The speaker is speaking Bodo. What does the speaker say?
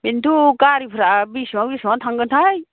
बेनोथ' गारिफ्रा बेसेबां बेसेबां थांगोनथाय